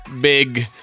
big